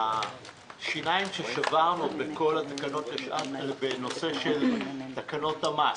השיניים ששברנו בנושא של תקנות המס,